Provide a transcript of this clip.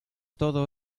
todo